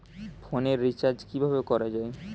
ফোনের রিচার্জ কিভাবে করা যায়?